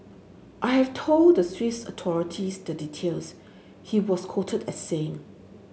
I have told the Swiss authorities the details he was quoted as saying